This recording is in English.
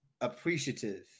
appreciative